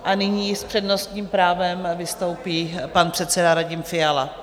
A nyní s přednostním právem vystoupí pan předseda Radim Fiala.